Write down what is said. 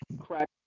crack